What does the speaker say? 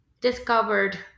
discovered